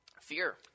Fear